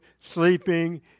sleeping